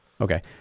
Okay